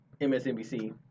MSNBC